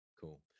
Cool